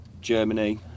Germany